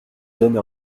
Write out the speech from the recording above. donne